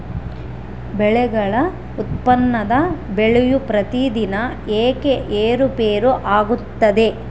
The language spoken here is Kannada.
ಬೆಳೆಗಳ ಉತ್ಪನ್ನದ ಬೆಲೆಯು ಪ್ರತಿದಿನ ಏಕೆ ಏರುಪೇರು ಆಗುತ್ತದೆ?